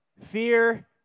fear